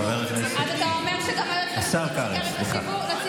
תפסיקו להמציא חוקי-יסוד.